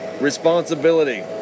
responsibility